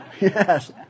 Yes